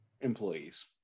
employees